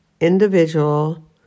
individual